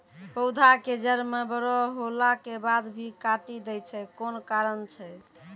पौधा के जड़ म बड़ो होला के बाद भी काटी दै छै कोन कारण छै?